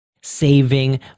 saving